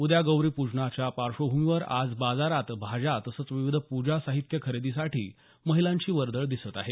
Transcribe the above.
उद्या गौरी प्रजनाच्या पार्श्वभूमीवर आज बाजारात भाज्या तसंच विविध प्रजा साहित्य खरेदीसाठी महिलांची वर्दळ दिसत आहे